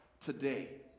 today